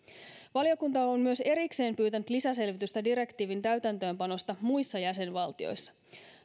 valiokunta on myös erikseen pyytänyt lisäselvitystä direktiivin täytäntöönpanosta muissa jäsenvaltioissa